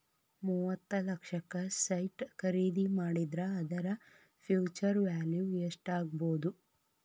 ಮೂವತ್ತ್ ಲಕ್ಷಕ್ಕ ಸೈಟ್ ಖರಿದಿ ಮಾಡಿದ್ರ ಅದರ ಫ್ಹ್ಯುಚರ್ ವ್ಯಾಲಿವ್ ಯೆಸ್ಟಾಗ್ಬೊದು?